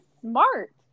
smart